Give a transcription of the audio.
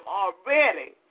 already